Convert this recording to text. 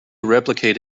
replicate